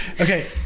Okay